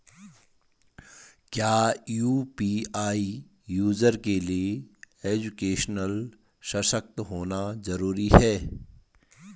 क्या UPI user के लिए एजुकेशनल सशक्त होना जरूरी है?